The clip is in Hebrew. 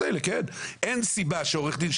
אין סיבה שעורך דין,